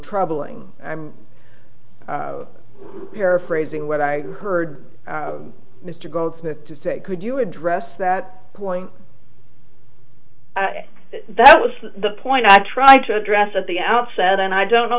troubling i'm paraphrasing what i heard mr goldsmith to say could you address that point that was the point i tried to address at the outset and i don't know